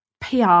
PR